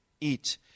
eat